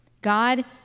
God